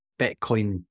Bitcoin